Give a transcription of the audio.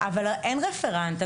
אבל אין רפרנט.